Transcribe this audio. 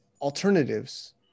alternatives